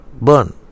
burn